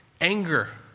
anger